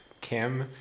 Kim